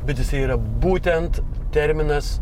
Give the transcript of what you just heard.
bet jisai yra būtent terminas